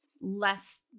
less